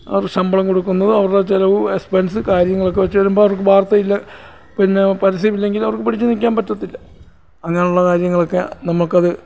അത് ശമ്പളം കൊടുക്കുന്നതും അവരുടെ ചിലവ് എക്സ്പെൻസ് കാര്യങ്ങളൊക്കെ വെച്ചു വരുമ്പോൾ അവർക്ക് വാർത്തയില്ല പിന്നെ പരസ്യമില്ലെങ്കിൽ അവർക്ക് പിടിച്ചുനിൽക്കാൻ പറ്റത്തില്ല അങ്ങനെയുള്ള കാര്യങ്ങളൊക്ക നമുക്കത്